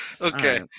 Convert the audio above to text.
Okay